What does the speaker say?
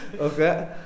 okay